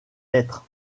lettres